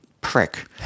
prick